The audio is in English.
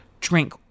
drink